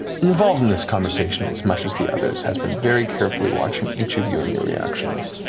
involved in this conversation as much as the others, has been very carefully watching each of you in your reactions.